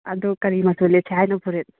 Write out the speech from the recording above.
ꯑꯗꯨ ꯀꯔꯤ ꯃꯆꯨ ꯂꯤꯠꯁꯦ ꯍꯥꯏꯅꯣ ꯐꯨꯔꯤꯠ